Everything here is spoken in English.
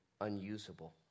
unusable